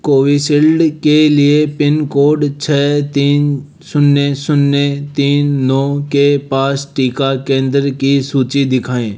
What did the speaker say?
Covishield के लिए pin code छः तीन शून्य शून्य तीन नौ के पास टीका केंद्र की सूची दिखाएँ